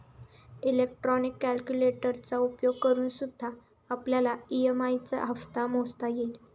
electronic कैलकुलेटरचा उपयोग करूनसुद्धा आपल्याला ई.एम.आई चा हप्ता मोजता येईल